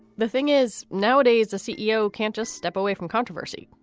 the thing is, nowadays, a ceo can't just step away from controversy.